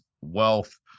wealth